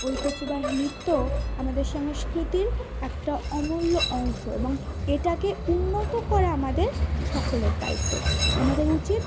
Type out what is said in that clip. ঐতিহ্যবাহী নৃত্য আমাদের সংস্কৃতির একটা অমূল্য অংশ এবং এটাকে উন্নত করা আমাদের সকলের দায়িত্ব আমাদের উচিত